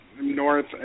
North